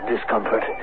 discomfort